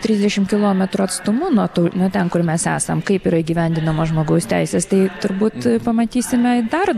trisdešimt kilometrų atstumu nuo to nuo ten kur mes esam kaip yra įgyvendinamos žmogaus teisės tai turbūt pamatysime dar